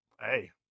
hey